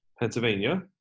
Pennsylvania